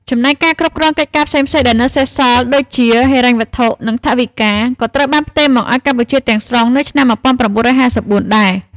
ចំណែកការគ្រប់គ្រងកិច្ចការផ្សេងៗដែលនៅសេសសល់ដូចជាហិរញ្ញវត្ថុ និងថវិកា ក៏ត្រូវបានផ្ទេរមកឱ្យកម្ពុជាទាំងស្រុងនៅឆ្នាំ១៩៥៤ដែរ។